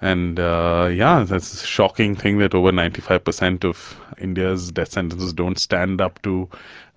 and yeah that's a shocking thing, that over ninety five percent of india's death sentences don't stand up to